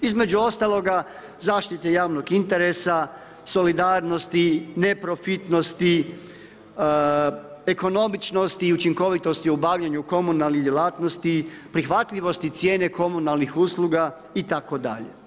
Između ostaloga zaštite javnog interesa, solidarnosti, neprofitnosti, ekonomičnosti i učinkovitosti u obavljanju komunalnih djelatnosti, prihvatljivosti cijene komunalnih usluga itd.